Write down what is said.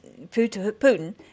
Putin